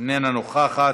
איננה נוכחת.